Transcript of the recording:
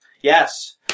Yes